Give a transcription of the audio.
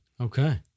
Okay